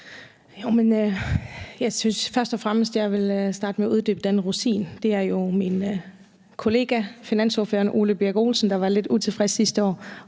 Jeg synes først og fremmest, jeg vil starte med at uddybe det med den rosin. Det var jo min kollega finansordfører Ole Birk Olesen, der var lidt utilfreds sidste år